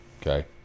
Okay